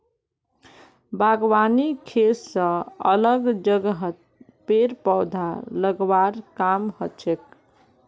बागवानी खेत स अलग जगहत पेड़ पौधा लगव्वार काम हछेक